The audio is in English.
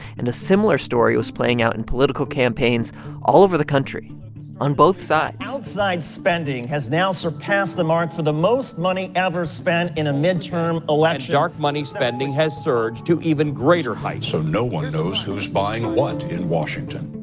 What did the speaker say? and a similar story was playing out in political campaigns all over the country on both sides outside spending has now surpassed the mark for the most money ever spent in a midterm election and dark money spending has surged to even greater heights so no one knows who's buying what in washington